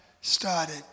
started